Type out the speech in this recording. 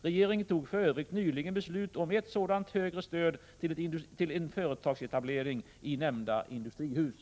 Regeringen fattade för övrigt nyligen beslut om ett sådant högre stöd till en företagsetablering i nämnda industrihus.